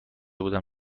بودم